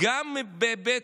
לגמרי גם בהיבט